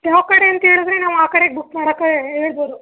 ಯಾವ ಕಡೆ ಅಂತ ಹೇಳಿದ್ರೆ ನಾವು ಆ ಕಡೆಗೆ ಬುಕ್ ಮಾಡಕ್ಕೆ ಹೇಳ್ಬೋದು